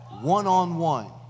one-on-one